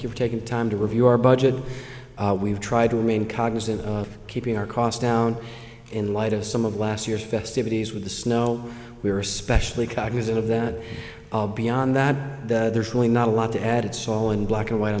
for taking time to review our budget we've tried to remain cognizant of keeping our costs down in light of some of last year's festivities with the snow we are especially cognizant of that beyond that there's really not a lot to add it's all in black and white